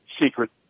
secret